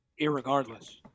irregardless